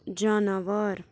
جاناوار